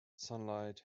sunlight